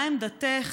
מה עמדתך,